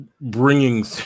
bringing